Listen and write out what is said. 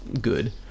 good